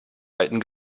alten